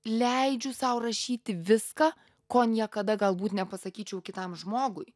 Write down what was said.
leidžiu sau rašyti viską ko niekada galbūt nepasakyčiau kitam žmogui